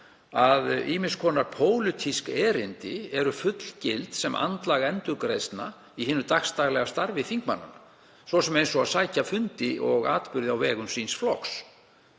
að ýmiss konar pólitísk erindi væru fullgild sem andlag endurgreiðslna í hinu dagsdaglega starfi þingmannanna, svo sem eins og að sækja fundi og atburði á vegum flokks